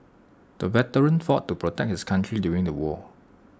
the veteran fought to protect his country during the war